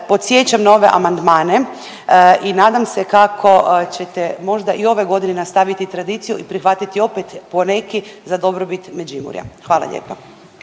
podsjećam na ove amandmane i nadam se kako ćete možda i ove godine nastaviti tradiciju i prihvatiti opet poneki za dobrobit Međimurja. Hvala lijepa.